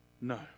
No